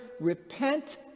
repent